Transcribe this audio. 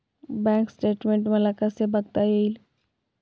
Bank statement मला कसे बघता येईल?